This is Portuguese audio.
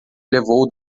levou